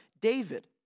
David